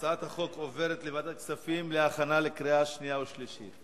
הצעת החוק עוברת לוועדת הכספים להכנה לקריאה שנייה ולקריאה שלישית.